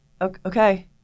okay